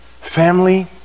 family